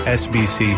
sbc